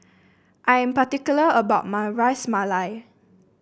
I am particular about my Ras Malai